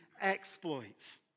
exploits